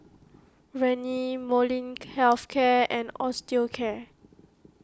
Rene Molnylcke Health Care and Osteocare